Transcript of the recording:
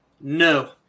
no